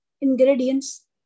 ingredients